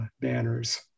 banners